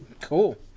Cool